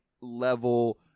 level